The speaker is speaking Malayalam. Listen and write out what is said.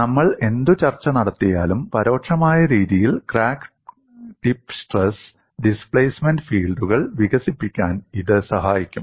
നമ്മൾ എന്തു ചർച്ച നടത്തിയാലും പരോക്ഷമായ രീതിയിൽ ക്രാക്ക് ടിപ്പ് സ്ട്രെസ് ഡിസ്പ്ലേസ്മെന്റ് ഫീൽഡുകൾ വികസിപ്പിക്കാൻ ഇത് സഹായിക്കും